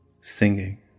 singing